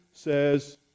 Says